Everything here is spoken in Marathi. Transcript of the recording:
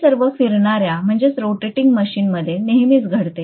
हे सर्व फिरणार्या मशीनमध्ये नेहमीच घडते